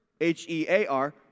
H-E-A-R